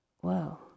whoa